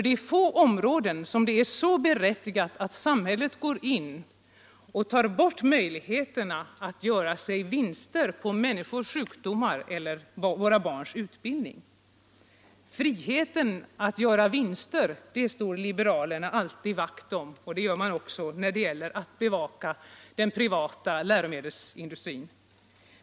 Det är få områden där det är så berättigat att samhället går in och tar bort möjligheterna att göra sig vinster på människors sjukdomar eller på våra barns utbildning. Friheten att göra vinster slår liberalerna alltid vakt om, och det gör man också när det gäller att bevaka den privata läromedelsindustrin.